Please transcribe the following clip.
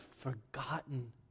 forgotten